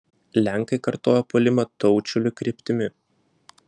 lenkai kartojo puolimą taučiulių kryptimi